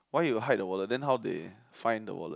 why you hide the wallet then how they find the wallet